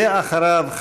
ואחריו,